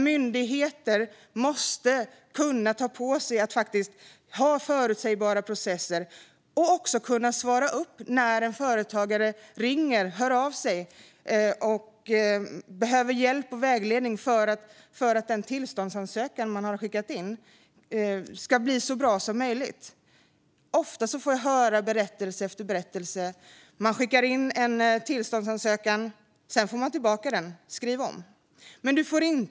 Myndigheter måste kunna ta på sig att ha förutsägbara processer och också kunna svara när en företagare ringer eller hör av sig på annat sätt och behöver hjälp och vägledning för att den tillståndsansökan som man har skickat in ska bli så bra som möjligt. Ofta får jag höra berättelse efter berättelse om att man skickar in en tillståndsansökan. Sedan får man tillbaka den och uppmanas att skriva om den.